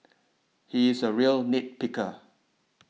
he is a real nit picker